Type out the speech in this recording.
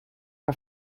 que